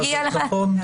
מגיע לך, תת-ניצב.